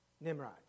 Nimrod